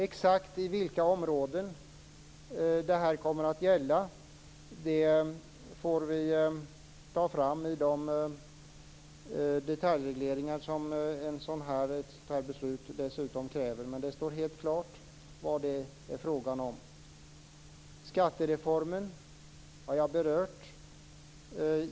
Exakt i vilka områden det här kommer att gälla får vi ta fram i de detaljregleringar som ett sådant här beslut dessutom kräver. Men det står helt klart vad det är fråga om. Skattereformen har jag berört.